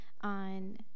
on